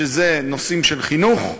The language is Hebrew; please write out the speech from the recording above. שזה נושאים של חינוך,